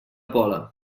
pola